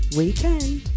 weekend